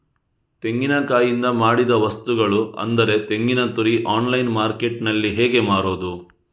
ತೆಂಗಿನಕಾಯಿಯಿಂದ ಮಾಡಿದ ವಸ್ತುಗಳು ಅಂದರೆ ತೆಂಗಿನತುರಿ ಆನ್ಲೈನ್ ಮಾರ್ಕೆಟ್ಟಿನಲ್ಲಿ ಹೇಗೆ ಮಾರುದು?